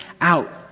out